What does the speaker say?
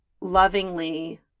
lovingly